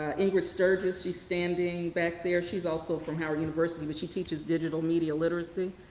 ah ingrid sturgis, she's standing back there. she's also from howard university, but she teaches digital media literacy.